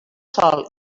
sòl